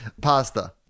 Pasta